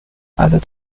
and